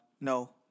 No